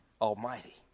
Almighty